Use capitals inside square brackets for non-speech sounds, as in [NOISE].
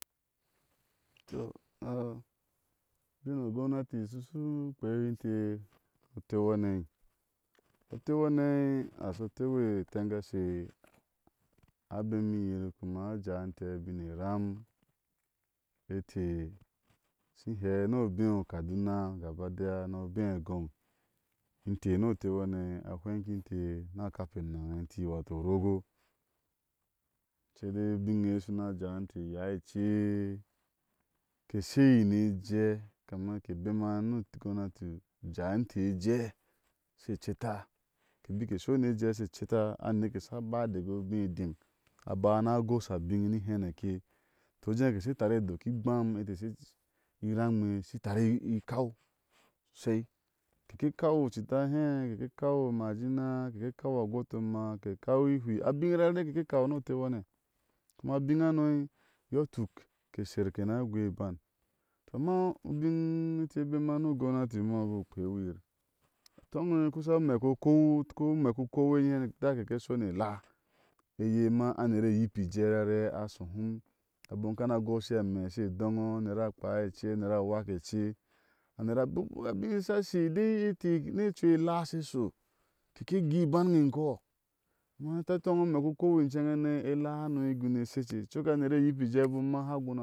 Toh [HESITATION] u buŋ o u gounati ushi iya a pkei ni inteh, oteu hane. oteu hana asho teu a tengashe a ben yir kamu a jaw intech ubiŋ e iram eteh shi he nu obeh okaduna gabadiya no ebe aa agoŋ inteh nu oteu hane a hweŋe intee na ekapa anang e inti wato urogo saidai ubiŋ eye ushu na jawi intech iya eche keshiyi ni ejee kuna ke bama nu gounati ujawi inteh ejee she cheta bike shoni a jee she cheta, a neke sha baa dege obeeh edeŋ a baa ana gosha abiŋ ni heneke to uje keshe tare dokɔ i gbam ete she kapa i ramgbe shi tari ikau sho shei. keke kau ucita he keke kaw u majina ke kau a gutama ke kau ēwhi, abiŋ ra re keke kau ni oteu hane kuma abin ano yo tuk kesher kena gɔɔi iban. to ma ubiŋ eteh she bema nu u gounahi umabu kpewiyir a toŋe. kusa amek u kou eyechana da keke shone ela eyema anere yibije are a shohum, abon kana goshihe a meh shre doŋo anera kpna ê eche anera a wake eche abubuwa [HESITATION] a biŋ sha sha dai eteh nu ochui elo she sho keke gui i baŋ e nkɔɔ ama ate toŋi amekukou incehene elahano eseche ecoka nere yibijɛɛ bom ma ha guna.